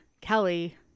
Kelly